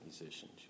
musicians